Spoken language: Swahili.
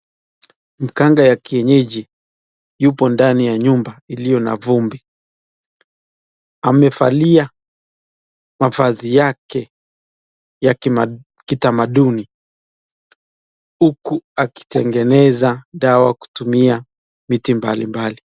Mganga ya kienyeji yupo ndani ya nyumba iliyo na vumbi, amevalia mavazi yake ya kitamaduni huku akitengeneza dawa kutumia miti mbalimbali.